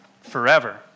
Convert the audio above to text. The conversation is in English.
forever